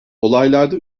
olaylarda